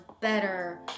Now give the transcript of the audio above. better